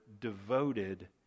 devoted